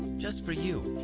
just for you.